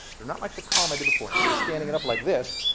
they're not like the column i did before. instead of standing it up like this,